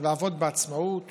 לעבוד בעצמאות